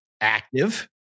active